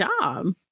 job